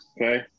Okay